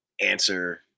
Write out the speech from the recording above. answer